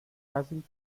rising